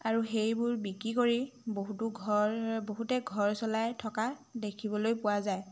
আৰু সেইবোৰ বিক্ৰী কৰি বহুতো ঘৰ বহুতে ঘৰ চলাই থকা দেখিবলৈ পোৱা যায়